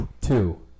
Two